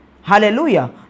Hallelujah